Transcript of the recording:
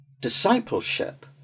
discipleship